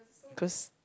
cause